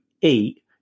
eat